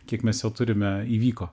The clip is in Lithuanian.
kiek mes jo turime įvyko